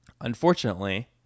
unfortunately